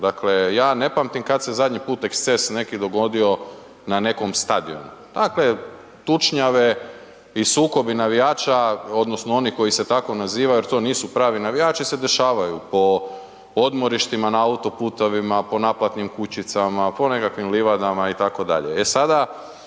Dakle, ja ne pamtim kad se zadnji put eksces neki dogodio na nekom stadionu, ako je tučnjave i sukobi navijača odnosno onih koji se tako naziva jer to nisu pravo navijači se dešavaju po odmorištima, na autoputovima, po naplatnim kućama, po nekakvim livadama itd. E sada